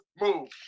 Move